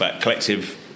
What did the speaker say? collective